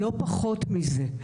לא פחות מזה.